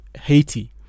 haiti